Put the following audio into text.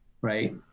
right